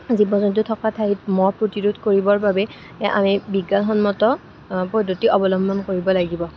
জীৱ জন্তু থকা ঠাইত মহ প্ৰতিৰোধ কৰিবৰ বাবে আমি বিজ্ঞানসন্মত পদ্ধতি অৱলম্বন কৰিব লাগিব